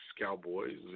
Cowboys